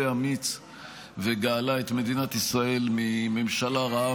אמיץ וגאלה את מדינת ישראל מממשלה רעה